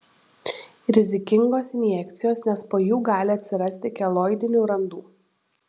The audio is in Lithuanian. rizikingos injekcijos nes po jų gali atsirasti keloidinių randų